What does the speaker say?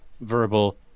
verbal